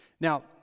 Now